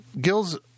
Gills